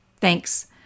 Thanks